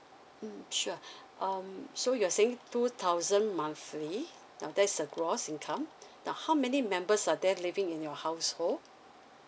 mm sure um so you're saying two thousand monthly now there's a gross income now how many members are there living in your household